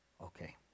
Okay